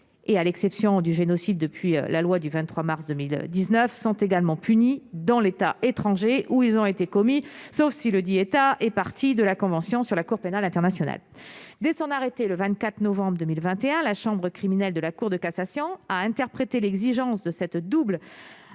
et, à l'exception du génocide depuis la loi du 23 mars 2019 sont également puni dans l'État étranger où ils ont été commis, sauf si le dit État est parti de la Convention sur la Cour pénale internationale dès son arrêté, le 24 novembre 2021, la chambre criminelle de la Cour de cassation a interprété l'exigence de cette double